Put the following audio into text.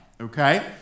Okay